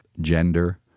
gender